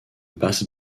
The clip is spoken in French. basse